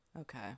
Okay